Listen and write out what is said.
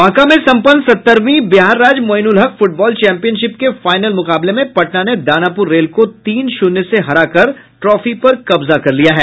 बांका में सम्पन्न सत्तरवीं बिहार राज्य मोइनुलहक फुटबॉल चैंपियनशिप के फाइनल मुकाबले में पटना ने दानापुर रेल को तीन शुन्य से हराकर ट्रॉफी पर कब्जा कर लिया है